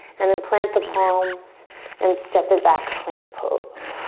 and then plant the palms and step it back, plank pose.